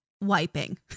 wiping